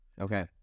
Okay